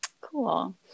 Cool